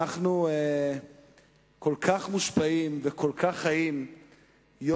אנחנו כל כך מושפעים וכל כך חיים יום-יום,